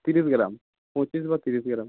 ত্রিশ গ্রাম পঁচিশ বা ত্রিশ গ্রাম